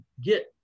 get